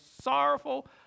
sorrowful